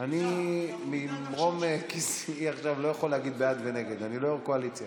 את הנושא לוועדת הכלכלה